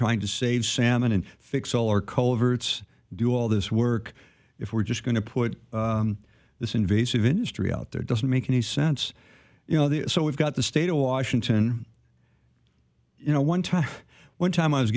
trying to save salmon and fix all our coverts do all this work if we're just going to put this invasive industry out there doesn't make any sense you know the so we've got the state of washington you know one time one time i was